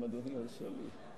אם אדוני ירשה לי.